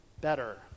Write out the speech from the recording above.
better